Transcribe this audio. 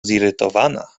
zirytowana